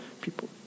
people